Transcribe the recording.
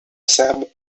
serbe